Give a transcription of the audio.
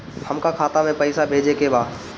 हमका खाता में पइसा भेजे के बा